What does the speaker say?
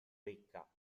ricca